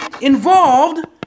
involved